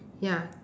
ya